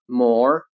more